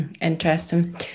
interesting